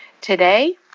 Today